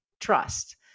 trust